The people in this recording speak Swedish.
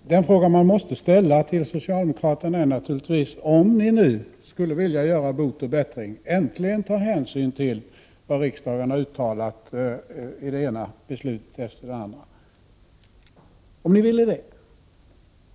Fru talman! Den fråga man måste ställa till socialdemokraterna är naturligtvis denna: Om ni nu skulle vilja göra bot och bättring och äntligen ta hänsyn till vad riksdagen har uttalat i det ena beslutet efter det andra,